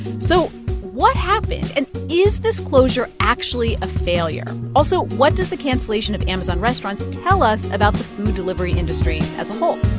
so what happened? and is this closure actually a failure? also, what does the cancellation of amazon restaurants tell us about the food delivery industry as a